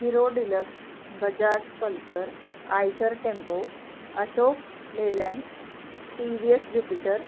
hero Deluxe Bajaj Pulsar Eicher Tempo Ashok Leyland T V S Jupiter